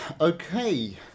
Okay